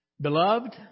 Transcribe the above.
Beloved